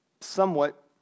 somewhat